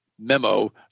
memo